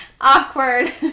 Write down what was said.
awkward